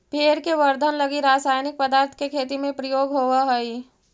पेड़ के वर्धन लगी रसायनिक पदार्थ के खेती में प्रयोग होवऽ हई